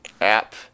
App